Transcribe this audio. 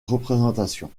représentation